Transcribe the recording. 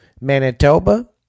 Manitoba